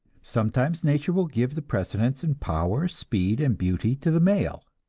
sometimes nature will give the precedence in power, speed and beauty to the male,